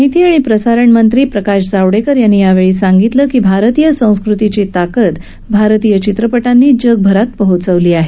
माहिती आणि प्रसारण मंत्री प्रकाश जावडेकर यांनी सांगितलं की भारतीय संस्कृतीची ताकद भारतीय चित्रपटांनी जगभरात पोहोचवली आहे